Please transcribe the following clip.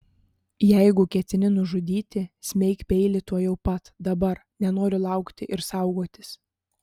jeigu ketini nužudyti smeik peilį tuojau pat dabar nenoriu laukti ir saugotis